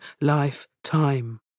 lifetime